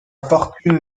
fortune